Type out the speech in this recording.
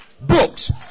books